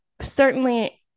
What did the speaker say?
Certainly-